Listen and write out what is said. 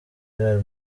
real